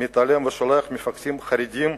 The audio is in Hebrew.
מתעלם ושולח מפקחים חרדים,